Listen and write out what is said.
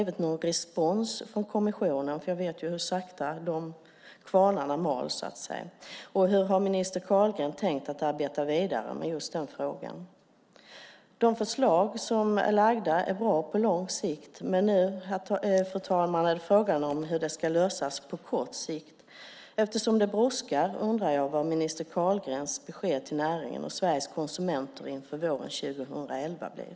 Vi vet ju hur sakta de kvarnarna mal. Och hur har minister Carlgren tänkt arbeta vidare med den frågan? De förslag som är framlagda är bra på lång sikt. Men nu, fru talman, är frågan hur detta ska lösas på kort sikt. Eftersom det brådskar undrar jag vad minister Carlgrens besked till näringen och Sveriges konsumenter inför våren 2011 blir.